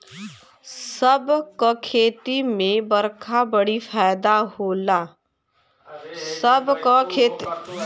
सब क खेती में बरखा बड़ी फायदा होला